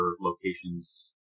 locations